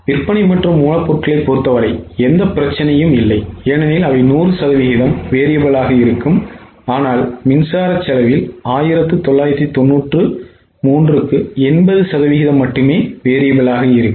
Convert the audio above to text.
விற்பனை மற்றும் மூலப்பொருட்களைப் பொருத்தவரை எந்தப் பிரச்சினையும் இல்லை ஏனெனில் அவை 100 சதவீதம் variable ஆக இருக்கும் ஆனால் மின்சாரம் செலவில் 1993 க்கு 80 சதவீதம் மட்டுமே variable ஆக இருக்கும்